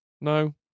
No